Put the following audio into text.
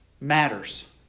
matters